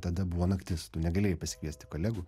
tada buvo naktis tu negalėjai pasikviesti kolegų